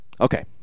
Okay